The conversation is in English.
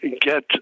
get